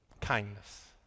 kindness